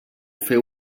fer